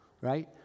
Right